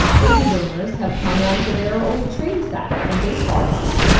baby boomers have hung onto their old train sets and baseball cards.